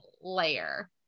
layer